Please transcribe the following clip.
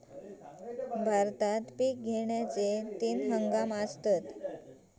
भारतात पिक घेण्याचे तीन हंगाम आसत